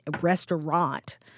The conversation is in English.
restaurant